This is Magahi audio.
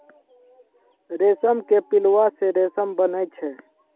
रेशम के पिलुआ से रेशम बनै छै